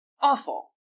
awful